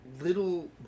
little